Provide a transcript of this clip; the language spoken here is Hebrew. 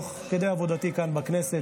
תוך כדי עבודתי כאן בכנסת,